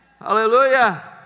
Hallelujah